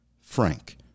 frank